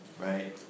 right